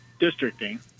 districting—